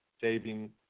saving